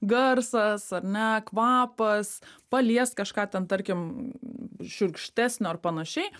garsas ar ne kvapas paliest kažką ten tarkim šiurkštesnio ar panašiai